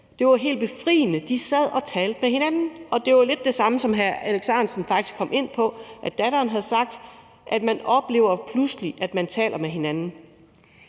det er helt befriende, at de sidder og taler med hinanden. Det var lidt det samme, som hr. Alex Ahrendtsen faktisk kom ind på at datteren havde sagt, nemlig at man pludselig oplever, at man taler med hinanden.